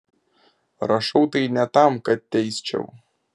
rašau tai ne tam kad teisčiau